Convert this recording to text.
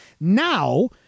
now